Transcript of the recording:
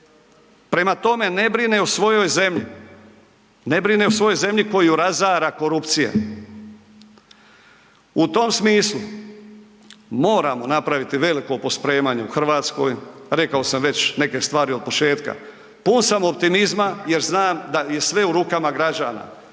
zemlji, ne brine o svojoj zemlji koju razara korupcija. U tom smislu moramo napraviti veliko pospremanje u RH. Rekao sam već neke stvari od početka. Pun sam optimizma jer znam da je sve u rukama građana.